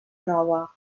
nova